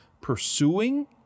pursuing